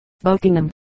Buckingham